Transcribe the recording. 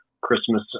Christmas